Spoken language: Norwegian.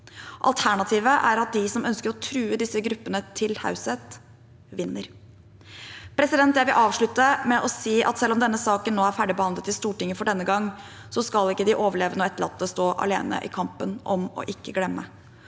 Alternativet er at de som ønsker å true disse gruppene til taushet, vinner. Jeg vil avslutte med å si at selv om denne saken nå er ferdigbehandlet i Stortinget for denne gang, skal ikke de overlevende og etterlatte stå alene i kampen om å ikke glemme.